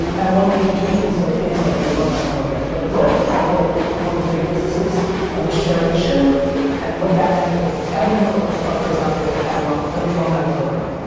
and one of the in-betweens are things like the alumni program. like what if i built one of the great businesses of this generation and what that meant was every one of those fuckers out there had an alumni program.